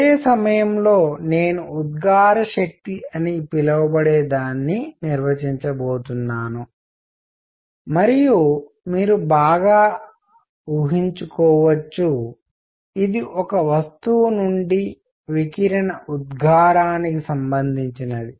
అదే సమయంలో నేను ఉద్గార శక్తి అని పిలువబడేదాన్ని నిర్వచించబోతున్నాను మరియు మీరు బాగా ఊహించుకోవచ్చు ఇది ఒక వస్తువు నుండి వికిరణ ఉద్గారానికి సంబంధించినది